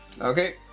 Okay